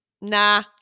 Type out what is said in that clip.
nah